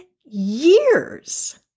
years